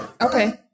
Okay